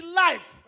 life